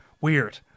weird